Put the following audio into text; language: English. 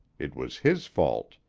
it was his fault.